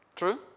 True